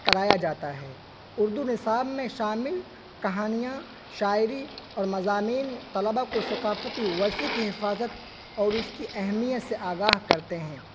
کرایا جاتا ہے اردو نصاب میں شامل کہانیاں شاعری اور مضامین طلباء کو ثکافتی ورثے کی حفاظت اور اس کی اہمیت سے آگاہ کرتے ہیں